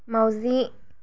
माउजि